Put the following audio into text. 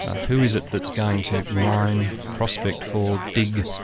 ah who is it that's going to mine, prospect for, dig,